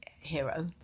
hero